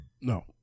No